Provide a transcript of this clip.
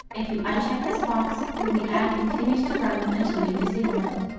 if you uncheck this box, then the ad continues to run until you disable it.